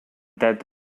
dead